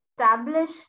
establish